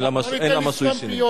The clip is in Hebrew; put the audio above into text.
אין לה משהו אישי נגדי.